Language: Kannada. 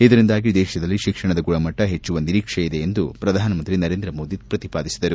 ಇದರಿಂದಾಗಿ ದೇಶದಲ್ಲಿ ಶಿಕ್ಷಣದ ಗುಣಮಟ್ಟ ಹೆಚ್ಚುವ ನಿರೀಕ್ಷೆ ಇದೆ ಎಂದು ಪ್ರಧಾನಮಂತ್ರಿ ನರೇಂದ್ರ ಮೋದಿ ತಿಳಿಸಿದರು